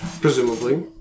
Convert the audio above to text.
Presumably